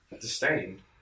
disdain